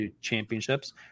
championships